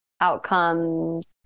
outcomes